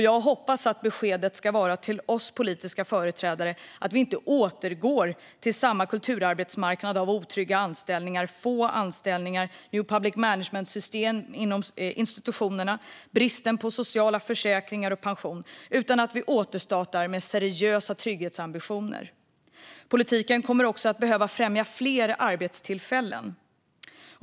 Jag hoppas att beskedet till oss politiska företrädare ska vara att vi inte återgår till samma kulturarbetsmarknad av otrygga anställningar, få anställningar, new public management-system inom institutionerna och brist på sociala försäkringar och pension utan att vi återstartar med seriösa trygghetsambitioner. Politiken kommer också att behöva främja fler arbetstillfällen.